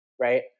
right